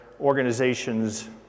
organizations